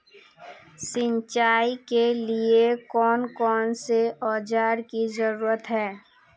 सिंचाई के लिए कौन कौन से औजार की जरूरत है?